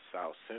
South